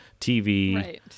TV